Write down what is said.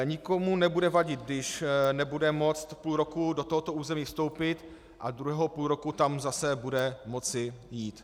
Nikomu nebude vadit, když nebude moci půl roku do tohoto území vstoupit a druhého půlroku tam zase bude moci jít.